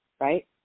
right